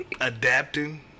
adapting